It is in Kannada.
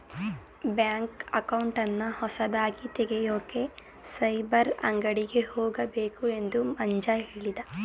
ಬ್ಯಾಂಕ್ ಅಕೌಂಟನ್ನ ಹೊಸದಾಗಿ ತೆಗೆಯೋಕೆ ಸೈಬರ್ ಅಂಗಡಿಗೆ ಹೋಗಬೇಕು ಎಂದು ಮಂಜ ಕೇಳಿದ